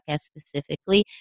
specifically